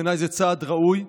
בעיניי זה צעד ראוי.